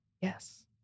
Yes